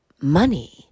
money